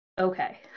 Okay